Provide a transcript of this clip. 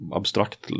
abstrakt